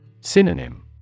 Synonym